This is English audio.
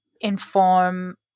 inform